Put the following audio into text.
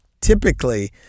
typically